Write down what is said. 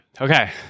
okay